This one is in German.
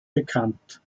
bekannt